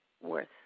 worth